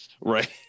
right